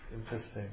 Interesting